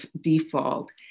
default